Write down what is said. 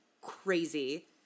crazy